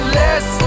less